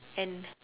and